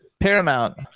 Paramount